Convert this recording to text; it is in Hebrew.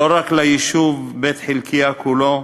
לא רק ליישוב בית-חלקיה כולו,